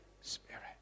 Spirit